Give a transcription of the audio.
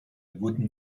wooden